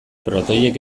protoiek